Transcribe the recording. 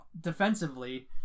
defensively